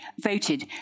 voted